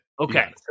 Okay